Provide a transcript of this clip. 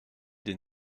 des